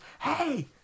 Hey